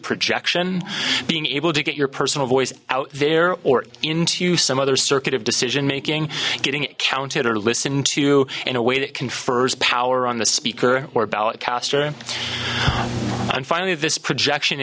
projection being able to get your personal voice out there or into some other circuit of decision making getting it counted or listening to in a way that confers power on the speaker or ballot caster and finally this projection